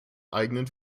eigenen